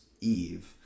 Eve